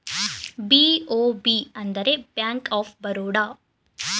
BOB ಅಂದರೆ Bank of Baroda